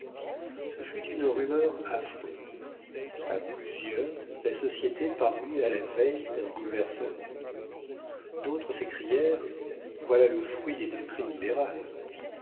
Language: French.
ce fut une rumeur affreuse a plusieurs la société parut à la veille d'un bouleversement d'autres s'écrièrent voilà le fruit des doctrines libérales